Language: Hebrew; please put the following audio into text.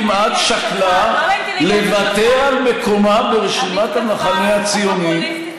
היא אפילו כמעט שקלה לוותר על מקומה ברשימת המחנה הציוני,